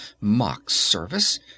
mock-service